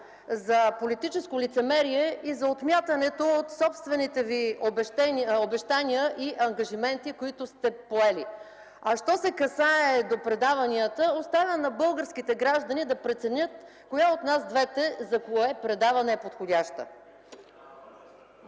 за политическо лицемерие и за отмятането от собствените ви обещания и ангажименти, които сте поели. А що се касае до предаванията, оставям на българските граждани да преценят коя от нас двете за кое предаване е подходяща.